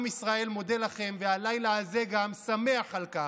עם ישראל מודה לכם והלילה הזה גם שמח על כך,